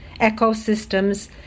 ecosystems